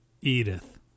Edith